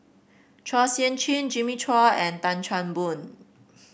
Chua Sian Chin Jimmy Chua and Tan Chan Boon